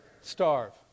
Starve